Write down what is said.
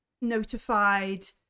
notified